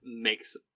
makes